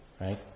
Right